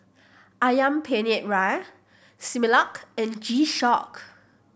Ayam Penyet Ria Similac and G Shock